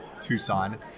Tucson